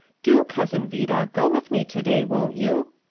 do, cousin vida, go with me to-day, won't you?